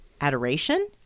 adoration